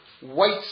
white